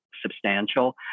substantial